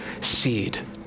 seed